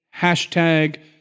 Hashtag